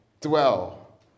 dwell